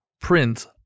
print